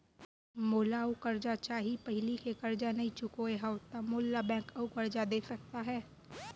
मोला अऊ करजा चाही पहिली के करजा नई चुकोय हव त मोल ला बैंक अऊ करजा दे सकता हे?